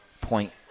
point